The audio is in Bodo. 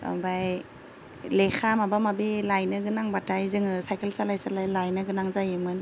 ओमफ्राय लेखा माबा माबि लायनो गोनांबाथाय जोङो साइकेल सालाय सालाय लायनोगोनां जायोमोन